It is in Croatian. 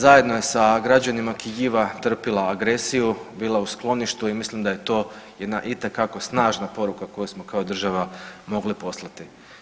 Zajedno je sa građanima Kijiva trpila agresiju bila u skloništu i mislim da je to jedna itekako snažna poruka koju smo kao država mogli poslati.